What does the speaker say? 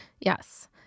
Yes